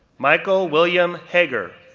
michael william hegar,